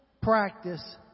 practice